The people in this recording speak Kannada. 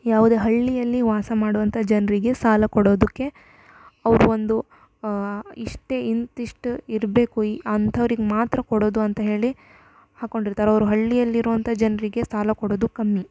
ಯಾವುದೇ ಹಳ್ಳಿಯಲ್ಲಿ ವಾಸ ಮಾಡುವಂಥ ಜನರಿಗೆ ಸಾಲ ಕೊಡೋದಕ್ಕೆ ಅವ್ರು ಒಂದು ಇಷ್ಟೇ ಇಂತಿಷ್ಟು ಇರಬೇಕು ಇ ಅಂಥವ್ರಿಗೆ ಮಾತ್ರ ಕೊಡೋದು ಅಂತ ಹೇಳಿ ಹಾಕೊಂಡಿರ್ತಾರೆ ಅವ್ರು ಹಳ್ಳಿಯಲ್ಲಿ ಇರುವಂಥ ಜನರಿಗೆ ಸಾಲ ಕೊಡೋದು ಕಮ್ಮಿ